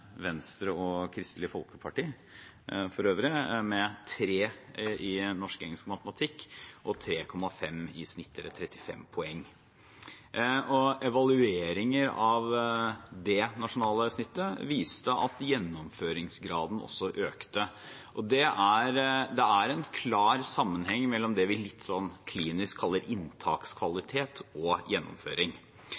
Venstre og Kristelig Folkeparti, med karakteren 3 i norsk, engelsk og matematikk og 3,5 i snitt, eller 35 skolepoeng. Evalueringer av dette nasjonale snittet viste at gjennomføringsgraden økte. Det er en klar sammenheng mellom det vi litt klinisk kaller